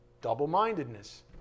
Double-mindedness